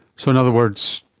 so in other words,